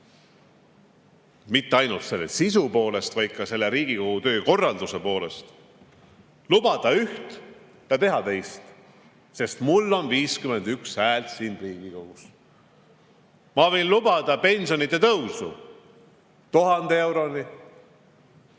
mitte ainult selle sisu poolest, vaid ka Riigikogu töökorralduse poolest. Võin lubada üht ja teha teist, sest mul on 51 häält siin Riigikogus. Ma võin lubada pensionide tõusu 1000 euroni